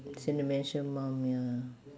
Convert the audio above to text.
dementia mum ya